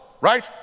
right